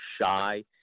shy